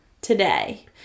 today